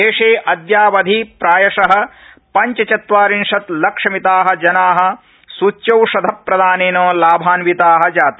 देशे अद्यावधि प्रायश पञ्चचत्वारिंशत् लक्षमिता जना सूच्योषधप्रदानेन लाभान्विता जाता